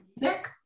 music